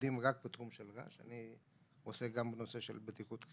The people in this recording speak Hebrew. לרעש כתוצאה מסיבה רפואית.